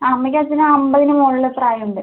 അമ്മയ്ക്കും അച്ഛനും അമ്പതിന് മുകളിൽ പ്രായമുണ്ട്